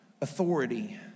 authority